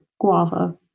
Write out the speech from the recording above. guava